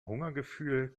hungergefühl